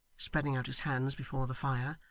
spreading out his hands before the fire.